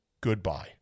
goodbye